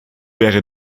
wäre